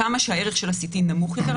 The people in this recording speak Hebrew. כמה שהערך של הסיטי נמוך יותר,